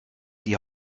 die